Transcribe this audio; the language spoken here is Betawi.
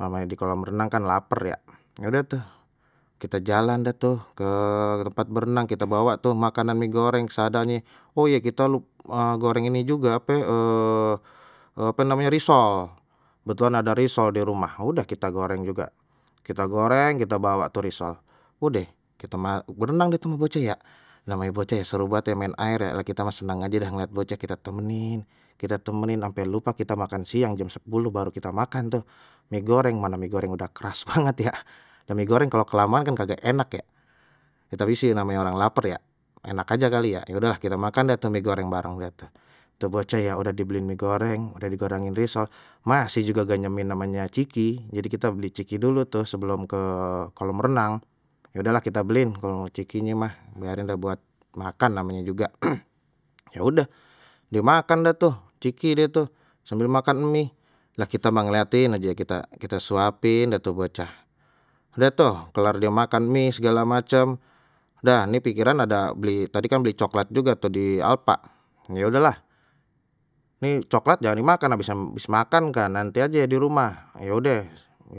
Namanya di kolam renang kan laper ya, ya udah tu kita jalan deh tuh ke tempat berenang kita bawa tuh makanan mie goreng seadanye, oh ya kita lup goreng ini juga apa ape namenye risol kebetulan ada risol di rumah udah kita goreng juga kita goreng kita bawa tu risol, udah kita berenang deh tu ama bocah ya namanya bocah ya seru banget ya main air kita mah senang aja yang ngelihat bocah kita temenin kita temenin ampe lupa kita makan siang jam sepuluh baru kita makan tuh mie goreng mana mie goreng udah keras banget ya, mie goreng kalau kelamaan kan kagak enak ya tapi sih namanya orang lapar ya enak aja kali ya, ya udah kita makan dah tu mie goreng bareng dah tu bocah ya udah dibeliin mie goreng ada digoreng risol, masih juga ganyemin namanya ciki jadi kita beli ciki dulu tuh sebelum ke kolam renang, ya udahlah kita beliin kalau cikinya mah biarin dah buat makan namanya juga, ya udah dimakan dah tuh ciki deh tuh sambil makan mie lah kita mah ngeliatin aje kita kita suapin dah tuh bocah dah tu kelar dia makan mie segala macem nah ini pikiran ada beli tadi kan beli coklat juga atau di alfa ya udahlah, nih coklat jangan dimakan habisan habis makan kan nanti aje di rumah, ya udeh